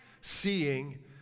Seeing